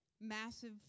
Massive